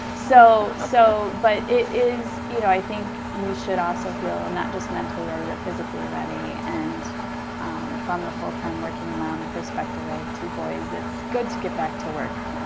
so so, but it is, you know i think you should also feel, and not just mentally ready but physically ready and from a full-time working mom perspective, i have two boys. it's good to get back to work.